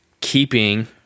keeping